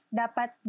dapat